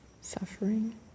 suffering